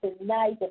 tonight